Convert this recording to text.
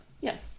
Yes